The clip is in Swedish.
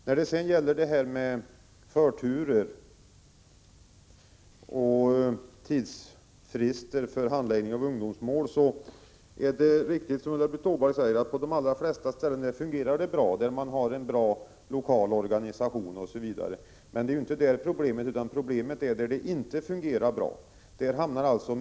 När det gäller förturer och tidsfrister för handläggning av ungdomsmål, är det riktigt som Ulla-Britt Åbark säger att det fungerar bra på de allra flesta ställen, där man har en bra lokal organisation osv. Men det är ju inte där problemen finns, utan där det inte fungerar bra.